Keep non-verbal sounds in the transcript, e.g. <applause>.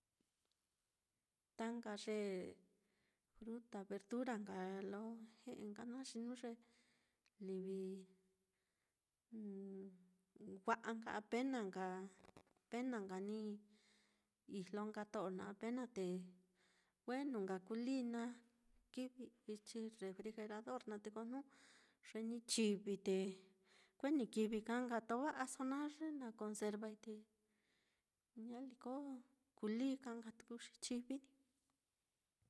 Ta nka ye fruta verdura nka lo <hesitation> ka naá, xi jnu ye livi <noise> wa'a nka apena nka, apena nka ni ni ijlo nka to'o naá apena te, wenu nka kulii na kivi ichi refrigerador naá, te ko jnu ye ni chivi te, kue ni kivi ka nka tova'aso naá ye na konservai te, ñaliko kulii ka nka tuku xi chivi.